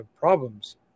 problems